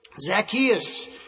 Zacchaeus